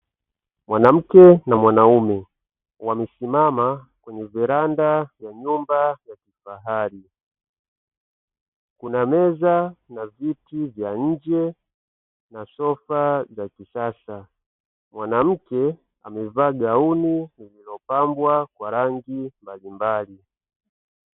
Mwanamke na mwanaume, wamesimama kwenye varanda ya nyumba ya kifahari. Kuna meza na viti vya nje na sofa za kisasa, mwanamke amevaa gauni lililopambwa kwa rangi mbalimbali.